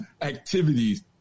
activities